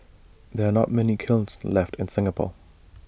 there are not many kilns left in Singapore